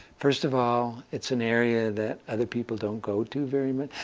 first of all, it's an area that other people don't go to very much.